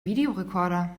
videorekorder